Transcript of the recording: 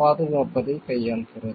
பாதுகாப்பதைக் கையாள்கிறது